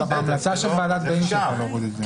ההצעה של ועדת בייניש הייתה להוריד את זה.